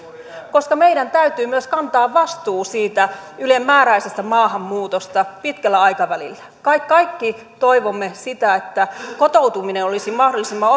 koska meidän täytyy myös kantaa vastuu siitä ylenmääräisestä maahanmuutosta pitkällä aikavälillä kaikki toivomme sitä että kotoutuminen olisi mahdollisimman